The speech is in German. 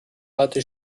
harte